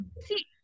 see